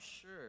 sure